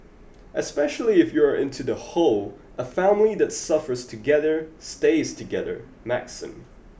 especially if you are into the whole a family that suffers together stays together maxim